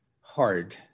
hard